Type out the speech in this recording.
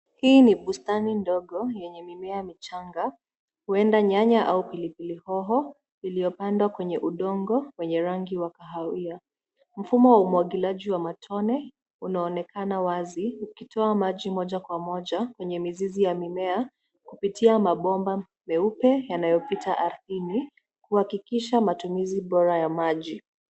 Hii ni bustani ndogo yenye mimea michanga, huenda nyanya au pilipili hoho iliyopandwa kwenye udongo wenye rangi wa kahawia. Mfumo wa umwagiliaji wa matone unaonekana wazi ukitoa maji moja kwa moja kwenye mizizi ya mimea kupitia mabomba meupe yanayopita ardhini kuhakikisha matumizi bora ya maji.